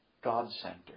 God-centered